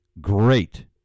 great